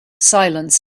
silence